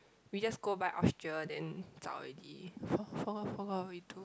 we just go by Austria then zhao already for for for we two